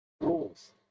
Rules